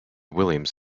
williams